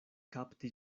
kapti